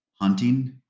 Hunting